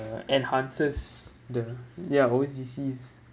enhances the they're always deceive